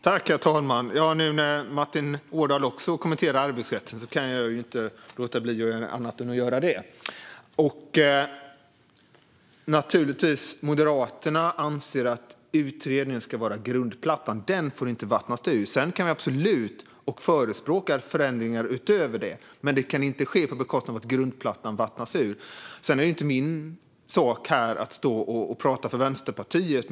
Herr talman! Nu när Martin Ådahl också kommenterar arbetsrätten kan inte jag låta bli att göra det. Moderaterna anser naturligtvis att utredningen ska vara grundplattan. Den får inte vattnas ur. Sedan förespråkar vi absolut förändringar utöver det, men de kan inte ske på bekostnad av att grundplattan vattnas ur. Det är inte min sak att stå här och prata för Vänsterpartiet.